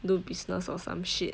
do business or some shit